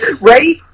Right